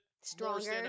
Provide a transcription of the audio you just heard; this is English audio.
stronger